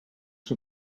que